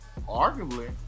arguably